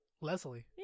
Leslie